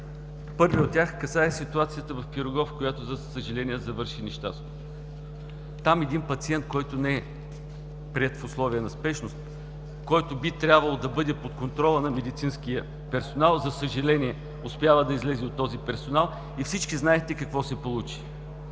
Първият от тях касае ситуацията в „Пирогов“, която за съжаление завърши нещастно. Там един пациент, който не е приет в условия на спешност, който би трябвало да бъде под контрола на медицинския персонал, за съжаление, успява да излезе от този персонал и всички знаете какво се получи.